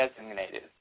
designated